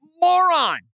moron